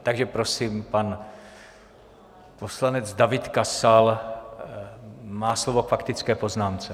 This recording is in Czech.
Takže prosím, pan poslanec David Kasal má slovo k faktické poznámce.